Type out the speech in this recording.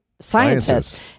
scientists